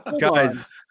Guys